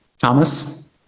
Thomas